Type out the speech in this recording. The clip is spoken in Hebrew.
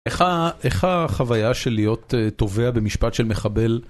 איך איך החוויה של להיות תובע במשפט של מחבל?